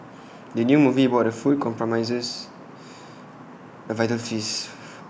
the new movie about food promises A visual feast